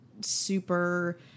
super